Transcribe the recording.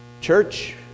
Church